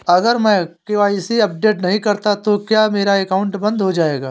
अगर मैं KYC update नहीं करता तो क्या मेरा अकाउंट बंद हो जाएगा?